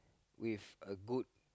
with a good